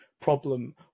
problem